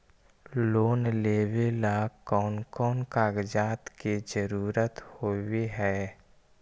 Loan लेबे ला कौन कौन कागजात के जरुरत होबे है?